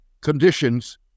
conditions